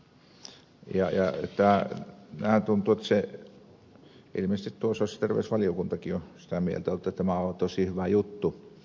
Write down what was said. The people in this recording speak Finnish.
vähän tuntuu että ilmeisesti sosiaali ja terveysvaliokuntakin on sitä mieltä jotta tämä on tosi hyvä juttu